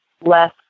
less